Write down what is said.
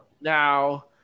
Now